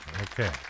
Okay